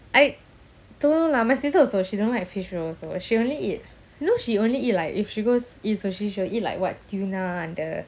I don't know lah my sister also she don't like fish roe also she only eat you know she only eat like if she goes eat sushi she will eat like what tuna and the